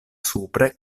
supre